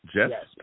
Yes